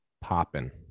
popping